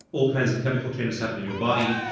all kinds of chemical changes happen in your body.